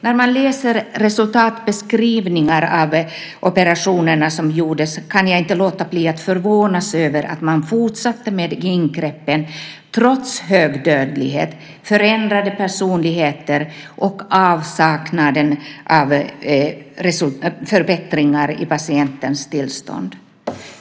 När jag läser resultatsbeskrivningar av de operationer som gjordes kan jag inte låta bli att förvånas över att man fortsatte med ingreppen, trots hög dödlighet, förändrade personligheter och avsaknaden av förbättringar i patienternas tillstånd.